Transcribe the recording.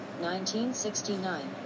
1969